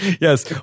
Yes